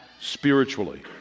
spiritually